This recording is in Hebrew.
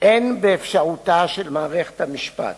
שאין באפשרותה של מערכת המשפט,